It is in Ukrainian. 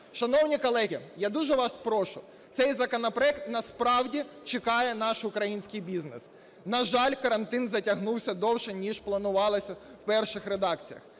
Шановні колеги, я дуже вас прошу, цей законопроект насправді чекає наш український бізнес. На жаль, карантин затягнувся довше ніж планувалося в перших редакціях,